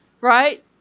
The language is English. Right